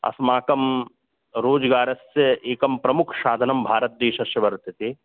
अस्माकं रोज्गारस्य एकं प्रमुखं साधनं भारतदेशस्य वर्तते